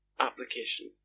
Application